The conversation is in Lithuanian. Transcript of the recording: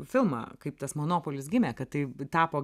filmą kaip tas monopolis gimė kad tai tapo